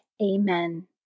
Amen